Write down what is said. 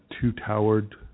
two-towered